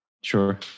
Sure